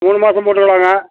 மூணு மாதமும் போட்டுக்கலாங்க